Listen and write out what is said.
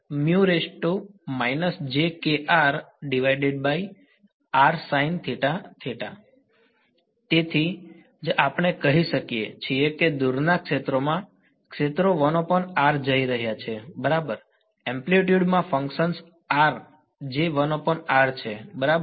તેથી તેથી જ આપણે કહીએ છીએ કે દૂરના ક્ષેત્રમાં ક્ષેત્રો જઈ રહ્યા છે બરાબર એમ્પલિટયૂડ માં ફંક્શન r જે છે બરાબર